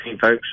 folks